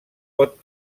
pot